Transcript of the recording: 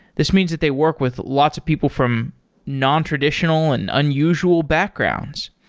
this means that they work with lots of people from nontraditional and unusual backgrounds.